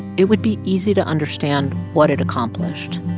it would be easy to understand what it accomplished.